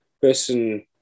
person